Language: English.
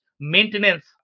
maintenance